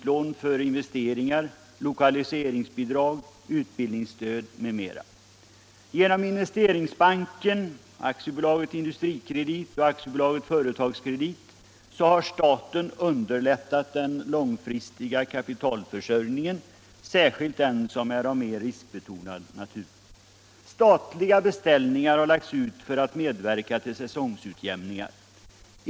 Genom Investeringsbanken, AB Industrikredit och AB Företagskredit har staten underlättat den långfristiga kapitalförsörjningen, särskilt den som är av mer riskbetonad natur. Statliga beställningar har lagts ut för att medverka till säsongsutjämningar.